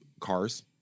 cars